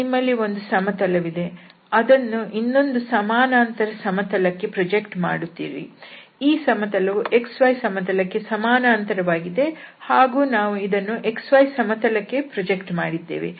ನಿಮ್ಮಲ್ಲಿ ಒಂದು ಸಮತಲವಿದೆ ಅದನ್ನು ಇನ್ನೊಂದು ಸಮಾನಾಂತರ ಸಮತಲ ಕ್ಕೆ ಪ್ರೊಜೆಕ್ಟ್ ಮಾಡುತ್ತೀರಿ ಈ ಸಮತಲವು xy ಸಮತಲಕ್ಕೆ ಸಮಾನಾಂತರವಾಗಿದೆ ಹಾಗೂ ನಾವು ಇದನ್ನು xy ಸಮತಲಕ್ಕೆ ಪ್ರೊಜೆಕ್ಟ್ ಮಾಡಿದ್ದೇವೆ